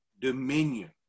dominion